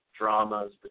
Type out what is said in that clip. dramas